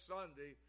Sunday